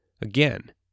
Again